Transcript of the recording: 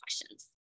questions